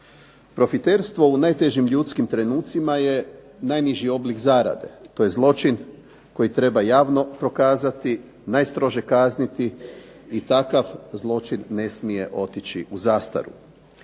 Profiterstvo u najtežim ljudskim trenucima je najniži oblik zarade. To je zločin koji treba javno prokazati, najstrože kazniti i takav zločin ne smije otići u zastaru.